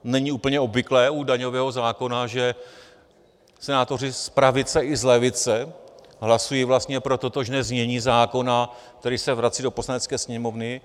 Není úplně obvyklé u daňového zákona, že senátoři z pravice i z levice hlasují vlastně pro totožné znění zákona, který se vrací do Poslanecké sněmovny.